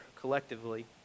collectively